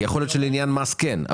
יכול להיות שלעניין המס כן.